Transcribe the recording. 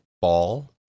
ball